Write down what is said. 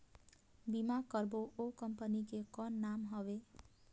बीमा करबो ओ कंपनी के कौन नाम हवे?